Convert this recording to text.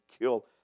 kill